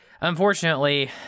unfortunately